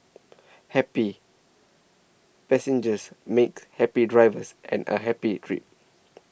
happy passengers make happy drivers and a happy trip